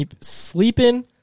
sleeping